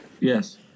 yes